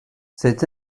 cet